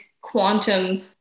quantum